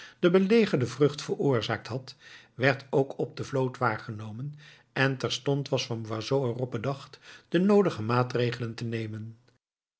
den belegerden vreugd veroorzaakt had werd ook op de vloot waargenomen en terstond was van boisot er op bedacht de noodige maatregelen te nemen